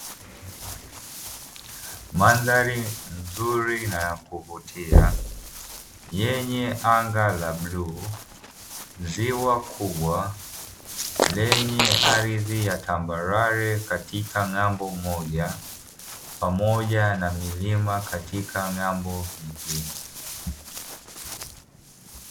Mandhari nzuri na kuvutia nyinyi anga la bluu, ziwa kubwa lenye ardhi ya tambarare katika ng'ambo moja pamoja na milima katika ng'ambo nyingine.